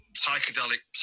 psychedelic